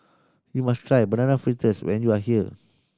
you must try Banana Fritters when you are here